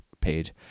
page